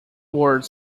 words